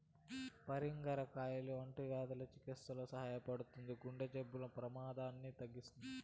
పరింగర కాయ అంటువ్యాధుల చికిత్సలో సహాయపడుతుంది, గుండె జబ్బుల ప్రమాదాన్ని తగ్గిస్తుంది